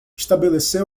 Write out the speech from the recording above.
estabelecer